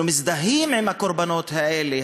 אנחנו מזדהים עם הקורבנות האלה,